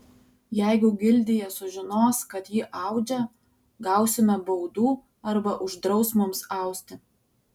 jeigu gildija sužinos kad ji audžia gausime baudų arba uždraus mums austi